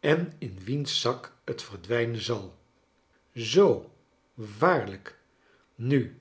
en in wiens zak het verdwijnen zal zoo waarlrjk nu